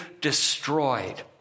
destroyed